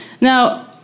Now